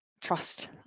trust